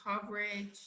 coverage